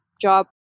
job